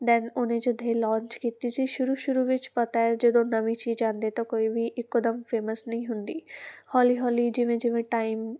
then ਉਹਨੇ ਜਦੋਂ ਇਹ ਲੋਂਚ ਕੀਤੀ ਸੀ ਸ਼ੁਰੂ ਸ਼ੁਰੂ ਵਿੱਚ ਪਤਾ ਜਦੋਂ ਨਵੀਂ ਚੀਜ਼ ਆਉਂਦੀ ਤਾਂ ਕੋਈ ਵੀ ਇੱਕੋ ਦਮ ਫੇਮਸ ਨਹੀਂ ਹੁੰਦੀ ਹੌਲੀ ਹੌਲੀ ਜਿਵੇਂ ਜਿਵੇਂ ਟਾਈਮ